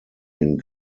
den